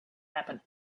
happen